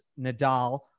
Nadal